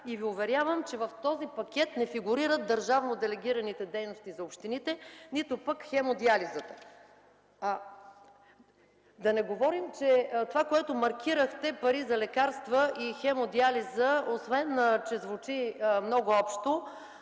НЗОК. Уверявам Ви, че в този пакет не фигурират държавно делегираните дейности за общините, нито пък хемодиализата. Това, което маркирахте като пари за лекарства и хемодиализа, освен че звучи много общо,